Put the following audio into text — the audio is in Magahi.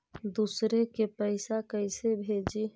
दुसरे के पैसा कैसे भेजी?